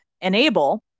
enable